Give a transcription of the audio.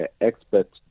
experts